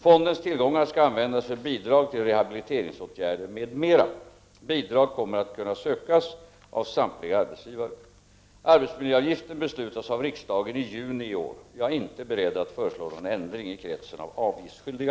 Fondens tillgångar skall användas för bidrag till rehabiliteringsåtgärder m.m. Bidrag kommer att kunna sökas av samtliga arbetsgivare. Beslut om arbetsmiljöavgiften fattades av riksdagen i juni i år. Jag är inte beredd att föreslå någon ändring i kretsen av avgiftsskyldiga.